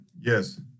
yes